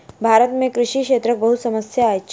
भारत में कृषि क्षेत्रक बहुत समस्या अछि